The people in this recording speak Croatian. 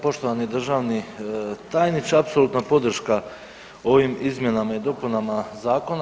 Poštovani državni tajniče, apsolutna podrška ovim izmjenama i dopunama zakona.